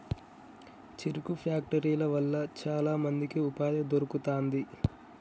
చెరుకు ఫ్యాక్టరీల వల్ల చాల మందికి ఉపాధి దొరుకుతాంది